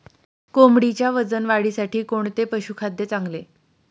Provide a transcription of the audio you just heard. कोंबडीच्या वजन वाढीसाठी कोणते पशुखाद्य चांगले?